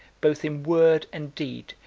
both in word and deed,